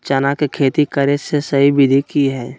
चना के खेती करे के सही विधि की हय?